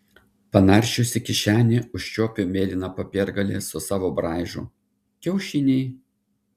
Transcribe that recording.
panaršiusi kišenę užčiuopiu mėlyną popiergalį su savo braižu kiaušiniai